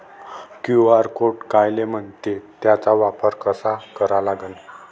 QR code कायले म्हनते, त्याचा वापर कसा करा लागन?